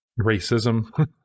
Racism